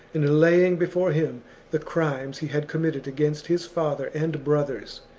and laying before him the crimes he had committed against his father and brothers.